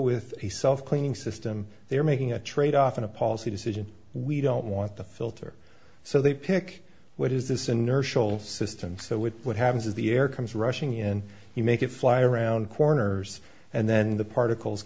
with a self cleaning system they are making a trade off in a policy decision we don't want the filter so they pick what is this inertial system so it what happens is the air comes rushing in you make it fly around corners and then the particles